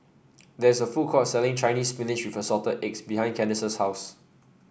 there is a food court selling Chinese Spinach with Assorted Eggs behind Candice's house